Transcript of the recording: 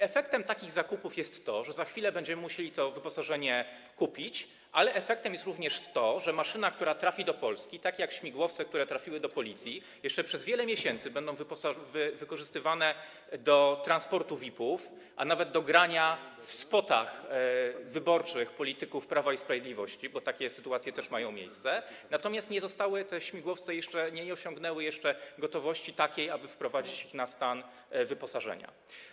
Efektem takich zakupów jest to, że za chwilę będziemy musieli to wyposażenie kupić, ale efektem jest również to, że maszyny, które trafią do Polski, tak jak śmigłowce, które trafiły do Policji, jeszcze przez wiele miesięcy będą wykorzystywane do transportu VIP-ów, a nawet go grania w spotach wyborczych polityków Prawa i Sprawiedliwości, bo takie sytuacje też mają miejsce, natomiast nie osiągnęły te śmigłowce jeszcze takiej gotowości, aby wprowadzić je na stan wyposażenia.